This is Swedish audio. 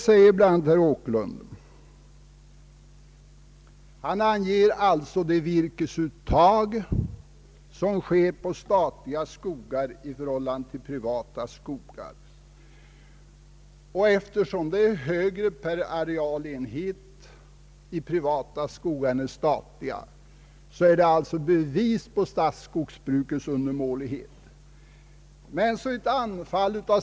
Men det påvra får stå för herr Åkerlunds räkning.